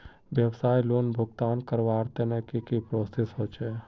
व्यवसाय लोन भुगतान करवार तने की की प्रोसेस होचे?